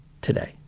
today